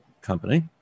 company